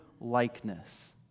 likeness